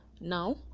now